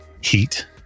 heat